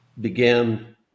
began